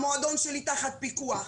המועדון שלי תחת פיקוח.